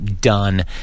done